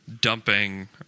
dumping